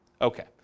okay